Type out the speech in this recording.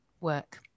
work